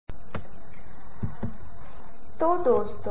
hello दोस्तों